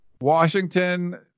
Washington